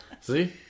See